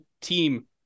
team